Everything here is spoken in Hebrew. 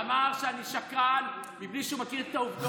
הוא אמר, אמר שאני שקרן בלי שהוא מכיר את העובדות.